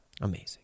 Amazing